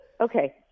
Okay